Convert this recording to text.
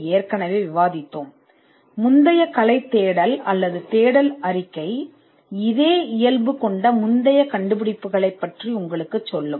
ஏனென்றால் முந்தைய கலைத் தேடல் அல்லது தேடல் அறிக்கை இதேபோன்ற இயற்கையின் முந்தைய கண்டுபிடிப்புகளை உங்களுக்குக் கூறும்